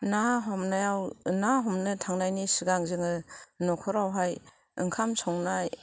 ना हमनायाव ना हमनो थांनायनि सिगां जोङो न'खरावहाय ओंखाम संनाय